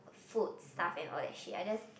foods stuff and all that shit I just